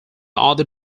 other